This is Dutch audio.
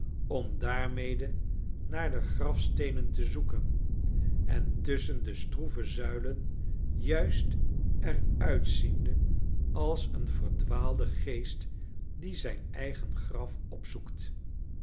om daarmede naar de grafsteenen te zoeken en tusschen de stroeve zuilen juist er uitziende als een verdwaalde geest die zijn eigen graf opzoekt